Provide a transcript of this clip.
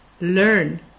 learn